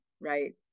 right